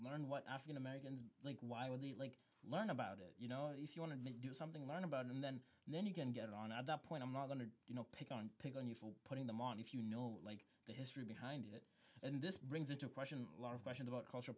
learn what african american like why would they like learn about it you know if you want to do something learn about and then and then you can get on at that point i'm not going to you know pick on pick on you for putting them on if you know like history behind it and this brings into question a lot of questions about culture